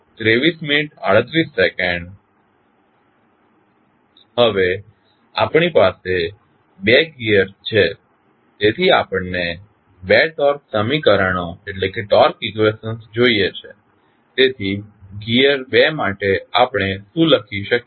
હવે આપણી પાસે 2 ગિઅર્સ છે તેથી આપણને 2 ટોર્ક સમીકરણો જોઈએ છે તેથી ગિઅર 2 માટે આપણે શું લખી શકીએ